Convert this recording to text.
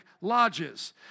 lodges